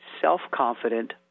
self-confident